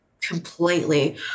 completely